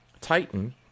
Titan